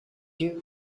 you